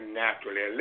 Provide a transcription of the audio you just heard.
naturally